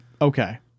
okay